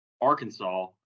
Arkansas